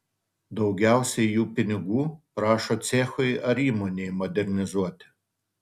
daugiausiai jų pinigų prašo cechui ar įmonei modernizuoti